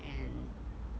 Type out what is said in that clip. and